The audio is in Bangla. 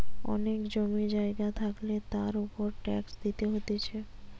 অনেক জমি জায়গা থাকলে তার উপর ট্যাক্স দিতে হতিছে